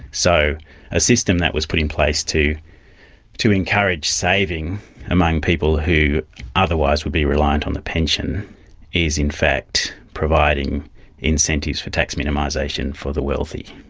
so a system that was put in place to to encourage saving among people who otherwise would be reliant on the pension is in fact providing incentives for tax minimisation for the wealthy.